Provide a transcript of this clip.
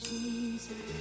Jesus